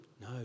no